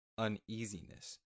Uneasiness